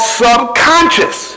subconscious